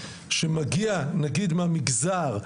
שמגיע נגיד מהמגזר,